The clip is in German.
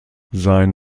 sein